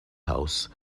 house